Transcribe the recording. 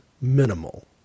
minimal